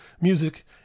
music